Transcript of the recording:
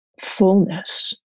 fullness